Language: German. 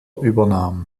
übernahm